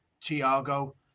tiago